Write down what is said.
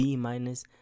B-Minus